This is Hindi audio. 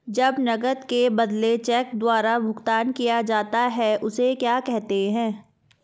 जब नकद के बदले चेक द्वारा भुगतान किया जाता हैं उसे क्या कहते है?